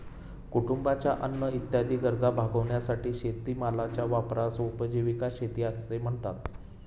कुटुंबाच्या अन्न इत्यादी गरजा भागविण्यासाठी शेतीमालाच्या वापरास उपजीविका शेती असे म्हणतात